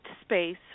space